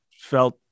felt